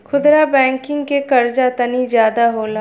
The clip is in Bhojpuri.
खुदरा बैंकिंग के कर्जा तनी जादा होला